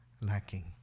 lacking